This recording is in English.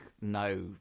No